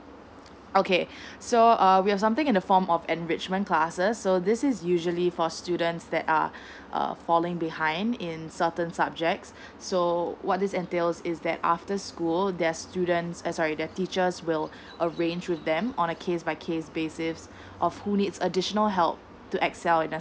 okay so uh we have something in the form of enrichment classes so this is usually for students that are err falling behind in certain subjects so what this entails is that after school their students eh sorry their teachers will arrange with them on a case by case basis of who needs additional help to excel in that